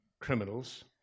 criminals